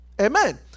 amen